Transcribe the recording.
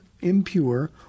impure